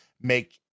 make